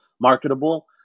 marketable